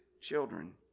children